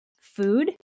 food